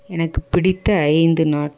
எனக்கு பிடித்த ஐந்து நாள்